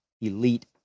elite